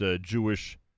Jewish